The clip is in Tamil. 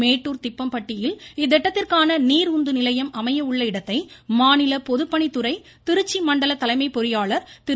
மேட்டூர் திப்பம்பட்டியில் இத்திட்டத்திற்கான நீரந்து நிலையம் அமைய உள்ள இடத்தில் மாநில பொதுப்பணித்துறை திருச்சி மண்டல தலைமை பொறியாளர் திரு